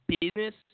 business